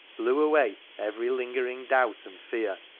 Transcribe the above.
blew away every lingering doubt and fear,